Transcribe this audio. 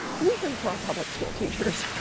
can we hear it for our public school teachers?